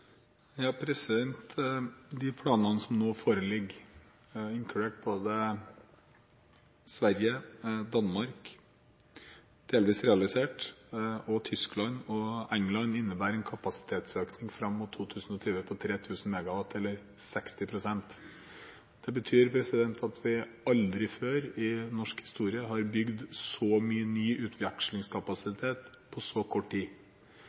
De planene som nå foreligger, inkludert utbygging til både Sverige, Danmark – som delvis er realisert – Tyskland og England, innebærer en kapasitetsøkning fram mot 2020 på 3 000 MW, eller 60 pst. Det betyr at vi aldri før i norsk historie har bygd så mye ny utvekslingskapasitet på så kort tid.